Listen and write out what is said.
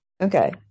Okay